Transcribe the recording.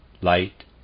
light